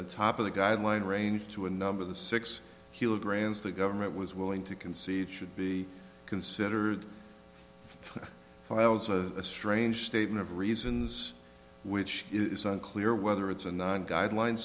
the top of the guideline range to a number of the six kilograms the government was willing to concede should be considered files a strange statement of reasons which is unclear whether it's a non guideline